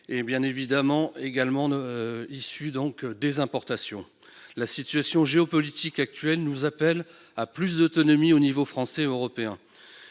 renouvelables et vers des importations. La situation géopolitique actuelle nous appelle à plus d'autonomie aux niveaux français et européen.